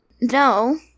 No